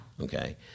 okay